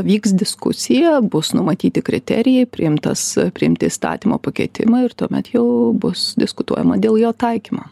vyks diskusija bus numatyti kriterijai priimtas priimti įstatymo pakeitimai ir tuomet jau bus diskutuojama dėl jo taikymo